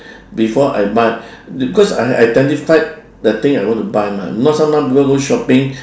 before I buy because I identified the things I want to buy mah if not sometimes people go shopping